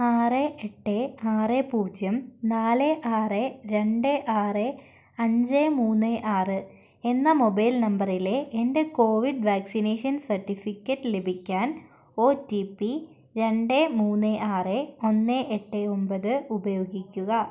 ആറ് എട്ട് ആറ് പൂജ്യം നാല് ആറ് രണ്ട് ആറ് അഞ്ച് മൂന്ന് ആറ് എന്ന മൊബൈൽ നമ്പറിലെ എൻ്റെ കോവിഡ് വാക്സിനേഷൻ സർട്ടിഫിക്കറ്റ് ലഭിക്കാൻ ഒ ടി പി രണ്ട് മൂന്ന് ആറ് ഒന്ന് എട്ട് ഒമ്പത് ഉപയോഗിക്കുക